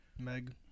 Meg